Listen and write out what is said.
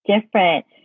different